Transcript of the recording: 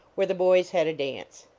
where the boys had a dance.